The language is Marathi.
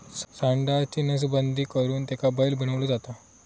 सांडाची नसबंदी करुन त्याका बैल बनवलो जाता